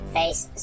face